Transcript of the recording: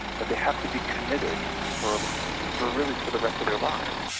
but they have to be committed for for really for the rest of their lives.